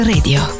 Radio